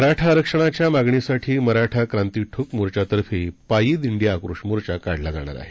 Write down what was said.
मराठा आरक्षणाच्या मागणीसाठी मराठा क्रांती ठोक मोर्चातर्फे पायी दिंडी आक्रोश मोर्चा काढण्यात येणार आहे